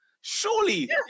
Surely